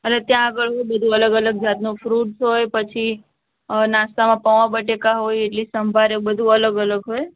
એટલે ત્યાં આગળ બધું અલગ અલગ જાતનું ફ્રૂટ્સ હોય પછી નાસ્તામાં પૌંઆ બટેકા હોય ઇડલી સંભાર એવું બધુ અલગ અલગ હોય